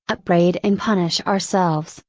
upbraid and punish ourselves,